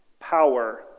power